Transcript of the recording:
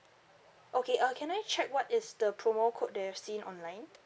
okay uh can I check what is the promo code that you've seen online